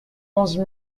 onze